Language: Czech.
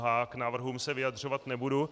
K návrhům se vyjadřovat nebudu.